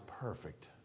perfect